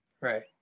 Right